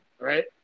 right